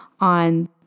on